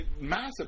massive